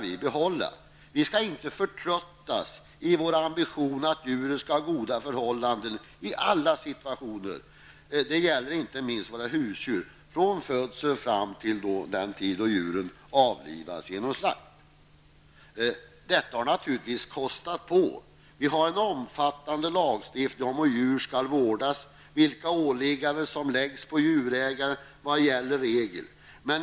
Vi skall inte förtröttas i vår ambition att djuren skall ha goda förhållanden i alla situationer, det gäller inte minst våra husdjur, från födsel fram till dess djuren avlivas genom slakt. Detta har naturligtvis kostat på. Vi har en omfattande lagstiftning om hur djur skall vårdas och där djurägarnas skyldigheter regleras.